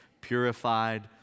purified